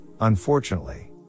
unfortunately